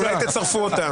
אולי תצרפו אותה.